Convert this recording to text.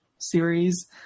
Series